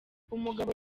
umugabo